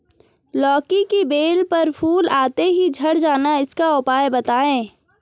लौकी की बेल पर फूल आते ही झड़ जाना इसका उपाय बताएं?